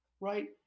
right